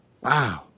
Wow